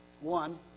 One